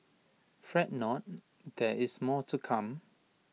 fret not there is more to come